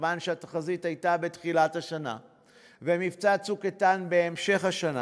מכיוון שהתחזית הייתה בתחילת השנה ומבצע "צוק איתן" בהמשך השנה,